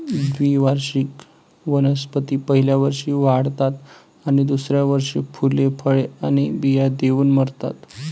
द्विवार्षिक वनस्पती पहिल्या वर्षी वाढतात आणि दुसऱ्या वर्षी फुले, फळे आणि बिया देऊन मरतात